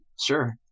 Sure